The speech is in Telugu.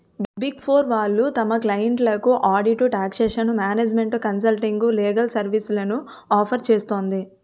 బిగ్ ఫోర్ వాళ్ళు తమ క్లయింట్లకు audit, taxation, management consulting, legal సర్వీస్లను ఆఫర్ చేస్తుంది